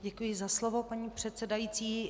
Děkuji za slovo, paní předsedající.